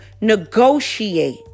negotiate